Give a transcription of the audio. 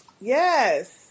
Yes